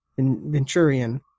Venturian